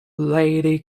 lady